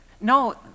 No